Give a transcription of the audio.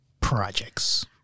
projects